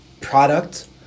product